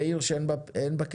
בעיר שאין בה כדאיות